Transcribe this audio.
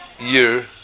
year